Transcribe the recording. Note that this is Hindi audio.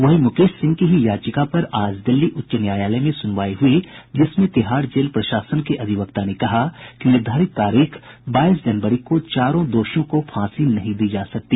वहीं मुकेश सिंह की ही याचिका पर आज दिल्ली उच्च न्यायालय में सुनवाई हुई जिसमें तिहाड़ जेल प्रशासन के अधिवक्ता ने कहा कि निर्धारित तारीख बाईस जनवरी को चारों दोषियों को फांसी नहीं दी जा सकती